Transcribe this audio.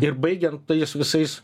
ir baigiant tais visais